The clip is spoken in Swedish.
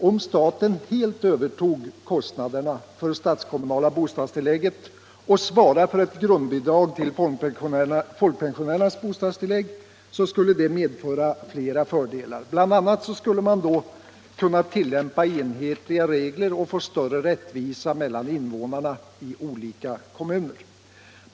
Om staten helt övertog kostnaderna för det statskommunala bostadstillägget och svarade för ett grundbidrag till folkpensionärernas bostadstillägg skulle det medföra flera fördelar. Bl. a. skulle man då kunna tillämpa enhetliga regler och få större rättvisa mellan invånarna/pensionärerna i olika kommuner.